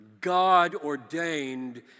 God-ordained